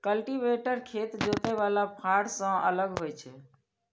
cultivator खेत जोतय बला फाड़ सं अलग होइ छै